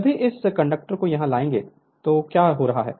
जब भी इस कंडक्टर को यहां लाएंगे तो क्या हो रहा है